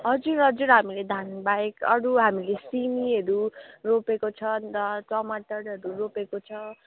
हजुर हजुर हामीले धानबाहेक अरू हामीले सिमीहरू रोपेको छ अन्त टमाटरहरू रोपेको छ